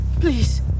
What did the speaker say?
Please